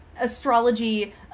Astrology